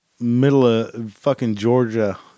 middle-of-fucking-Georgia